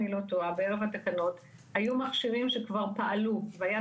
התקנות היו מכשירים שכבר פעלו והיה